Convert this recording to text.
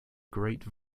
great